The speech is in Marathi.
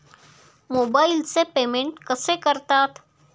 मोबाइलचे पेमेंट कसे करतात?